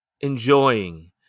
enjoying